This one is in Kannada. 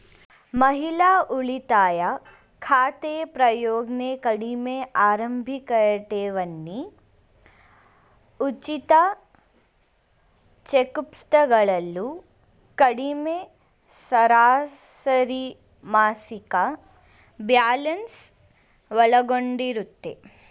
ಮಹಿಳಾ ಉಳಿತಾಯ ಖಾತೆ ಪ್ರಯೋಜ್ನ ಕಡಿಮೆ ಆರಂಭಿಕಠೇವಣಿ ಉಚಿತ ಚೆಕ್ಪುಸ್ತಕಗಳು ಕಡಿಮೆ ಸರಾಸರಿಮಾಸಿಕ ಬ್ಯಾಲೆನ್ಸ್ ಒಳಗೊಂಡಿರುತ್ತೆ